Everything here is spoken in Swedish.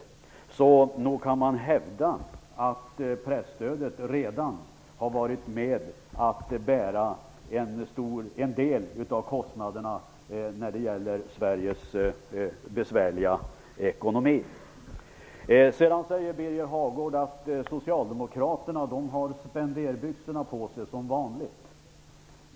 Så nog kan man hävda att presstödet redan har varit med om att bära en del av kostnaderna när det gäller Sveriges besvärliga ekonomi. Sedan säger Birger Hagård att Socialdemokraterna har spenderbyxorna på sig som vanligt.